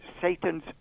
Satan's